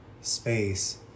space